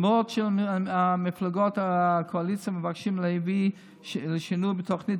למרות שמפלגות הקואליציה מבקשות להביא לשינוי בתוכנית,